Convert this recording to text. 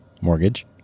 mortgage